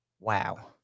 Wow